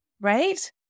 right